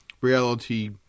reality